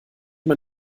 man